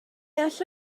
alla